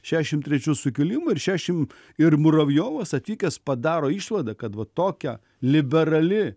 šašim trečių sukilimo ir šešim ir muravjovas atvykęs padaro išvadą kad va tokia liberali